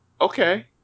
okay